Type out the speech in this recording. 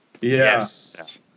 Yes